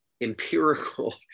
empirical